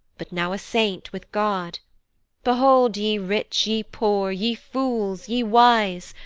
but now a saint with god behold ye rich, ye poor, ye fools, ye wise,